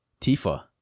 Tifa